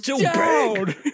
down